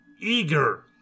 eager